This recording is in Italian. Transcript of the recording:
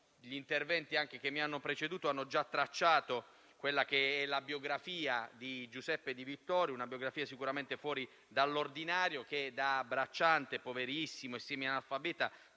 parlamentari che mi hanno preceduto, che hanno già tracciato la biografia di Giuseppe Di Vittorio, una biografia sicuramente fuori dall'ordinario. Da bracciante poverissimo e semianalfabeta